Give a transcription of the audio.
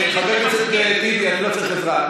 חבר הכנסת טיבי, אני לא צריך עזרה.